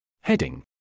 Heading